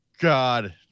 God